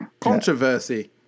Controversy